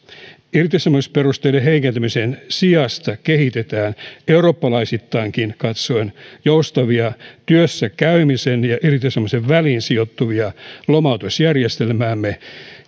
irtisanomisperusteiden heikentämisen sijasta kehitetään eurooppalaisittainkin katsoen joustavia työssä käymisen ja irtisanomisen väliin sijoittuvia lomautusjärjestelmiämme